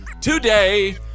today